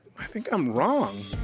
i think i'm wrong.